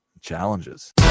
challenges